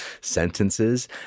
sentences